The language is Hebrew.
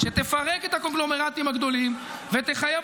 -- שתפרק את הקונגלומרטים הגדולים ותחייב